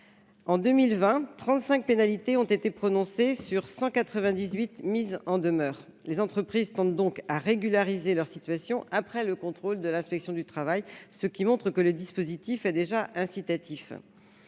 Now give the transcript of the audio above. en 2020 35 pénalités ont été prononcées sur 198 mise en demeure, les entreprises tendent donc à régulariser leur situation après le contrôle de l'inspection du travail, ce qui montre que le dispositif est déjà incitatif